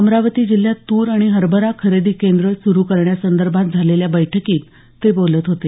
अमरावती जिल्ह्यात तूर आणि हरभरा खरेदी केंद्र सुरू करण्यासंदर्भात झालेल्या बैठकीत ते बोलत होते